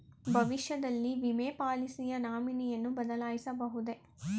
ಭವಿಷ್ಯದಲ್ಲಿ ವಿಮೆ ಪಾಲಿಸಿಯ ನಾಮಿನಿಯನ್ನು ಬದಲಾಯಿಸಬಹುದೇ?